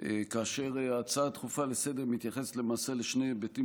כאשר ההצעה הדחופה לסדר-היום מתייחסת למעשה לשני היבטים